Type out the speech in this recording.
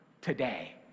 today